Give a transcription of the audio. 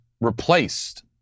replaced